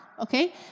okay